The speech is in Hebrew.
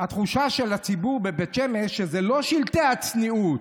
התחושה של הציבור בבית שמש היא שאלה לא שלטי הצניעות,